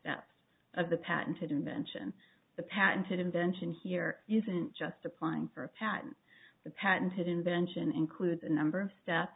steps of the patented invention the patented invention here isn't just applying for a patent the patented invention includes a number of steps